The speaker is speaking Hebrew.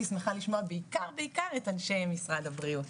הייתי שמחה לשמוע בעיקר בעיקר את אנשי משרד הבריאות.